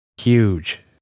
Huge